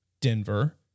Denver